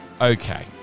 okay